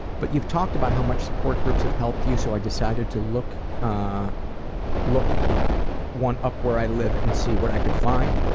but you talked about how much support groups have helped you so i decided to look ah look one up where i live and see what i could find.